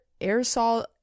aerosol